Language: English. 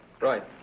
Right